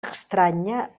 estranya